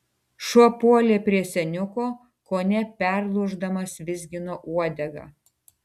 šuo puolė prie seniuko kone perlūždamas vizgino uodegą